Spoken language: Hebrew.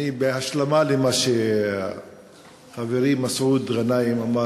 בהשלמה למה שחברי מסעוד גנאים אמר,